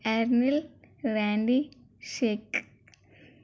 అర్నిల్ రాండి షేఖ్